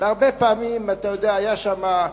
והרבה פעמים, אתה יודע, היתה שם,